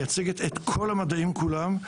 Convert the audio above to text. מייצגת את כל המדעים כולם,